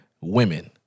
women